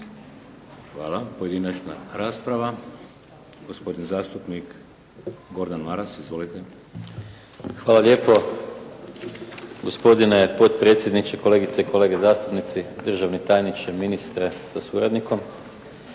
Hvala. Pojedinačna rasprava. Gospodin zastupnik Gordan Maras. Izvolite. **Maras, Gordan (SDP)** Hvala lijepo gospodine potpredsjedniče, kolegice i kolege zastupnici, državni tajniče, ministre sa suradnikom.